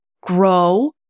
grow